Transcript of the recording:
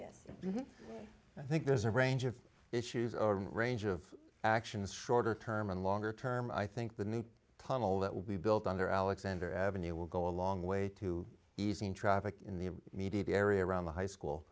s i think there's a range of issues or range of actions shorter term and longer term i think the new tunnel that will be built under alexander avenue will go a long way to easing traffic in the media area around the high school